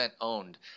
owned